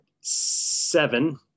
seven